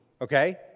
okay